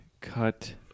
cut